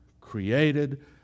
created